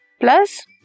plus